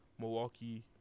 Milwaukee